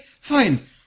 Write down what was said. fine